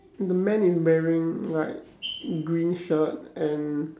the man is wearing like green shirt and